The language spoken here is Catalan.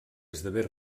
esdevé